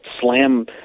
slam